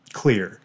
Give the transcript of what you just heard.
clear